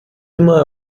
immer